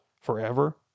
forever